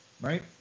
right